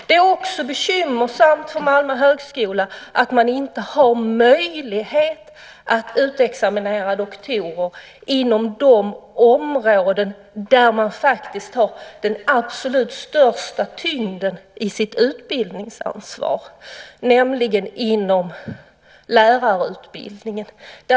Det är också bekymmersamt för Malmö högskola att man inte har möjlighet att utexaminera doktorer inom de områden där man faktiskt har den absolut största tyngden i sitt utbildningsansvar, nämligen inom lärarutbildningen.